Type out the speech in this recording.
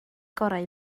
gorau